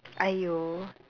!aiyo!